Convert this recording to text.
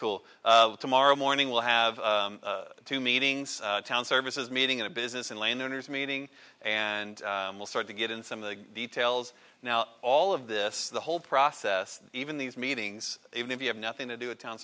school tomorrow morning will have two meetings town services meeting in a business and land owners meeting and we'll start to get in some of the details now all of this the whole process even these meetings even if you have nothing to do a town